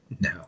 No